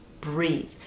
Breathe